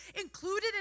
included